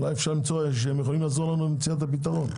אולי הם יכולים לעזור לנו במציאת הפתרון.